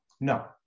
No